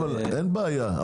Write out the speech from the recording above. אין בעיה,